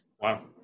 Wow